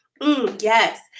Yes